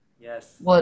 Yes